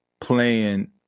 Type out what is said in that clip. playing